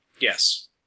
Yes